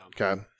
Okay